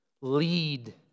Lead